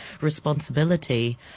responsibility